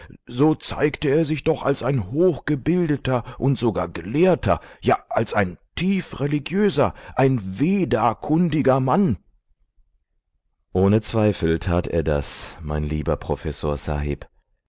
so zeigte er sich doch als ein hochgebildeter und sogar gelehrter ja als ein tiefreligiöser ein vedakundiger mann ohne zweifel tat er das mein lieber professor sahib